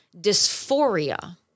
dysphoria